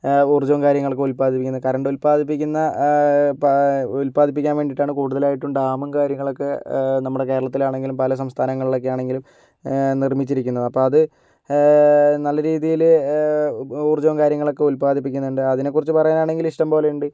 ഊർജ്ജവും കാര്യങ്ങളൊക്കെ ഉത്പാദിപ്പിക്കുന്നത് കറൻ്റ് ഉത്പാദിപ്പിക്കുന്ന പ ഉത്പാദിപ്പിക്കാൻ വേണ്ടിയിട്ടാണ് കൂടുതലായിട്ടും ഡാമും കാര്യങ്ങളൊക്കെ നമ്മുടെ കേരത്തിലാണെങ്കിലും പല സംസ്ഥാനങ്ങളിലൊക്കെയാണെങ്കിലും നിർമ്മിച്ചിരിക്കുന്നത് അപ്പോൾ അത് നല്ല രീതിയിൽ ഊർജ്ജവും കാര്യങ്ങളൊക്കെ ഉത്പാദിപ്പിക്കുന്നുണ്ട് അതിനെ കുറിച്ച് പറയാനാണെങ്കിൽ ഇഷ്ടംപോലെയുണ്ട്